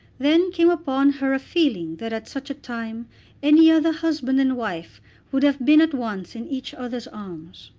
then came upon her a feeling that at such a time any other husband and wife would have been at once in each other's arms.